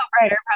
writer